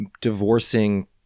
divorcing